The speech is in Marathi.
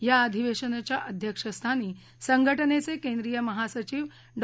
या अधिवेशनाच्या अध्यक्षस्थानी संघटनेचे केंद्रीय महासचिव डॉ